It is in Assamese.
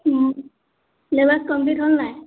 চিলেবাছ কমপ্লীট হ'ল নাই